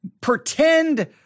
pretend